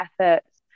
efforts